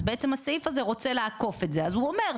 אז בעצם הסעיף הזה רוצה לעקוף את זה אז הוא אומר,